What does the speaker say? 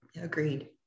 agreed